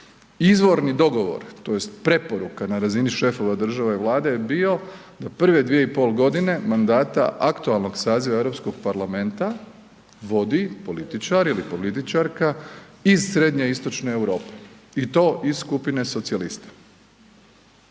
Izvorni dogovor tj. preporuka na razini šefova države i Vlade je bio da prve dvije i pol godine mandata aktualnog saziva Europskog parlamenta vodi političar ili političarka iz srednjoistočne Europe i to iz skupine socijalista.